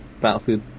Battlefield